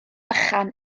bychan